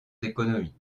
d’économie